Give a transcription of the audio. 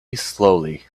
slowly